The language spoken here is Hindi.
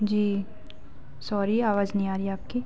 जी सॉरी आवाज नहीं आ रही आपकी